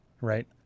right